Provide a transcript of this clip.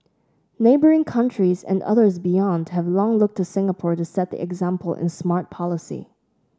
neighbouring countries and others beyond have long looked to Singapore to set the example in smart policy